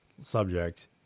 subject